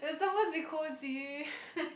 it was supposed to be cosy